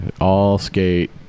All-skate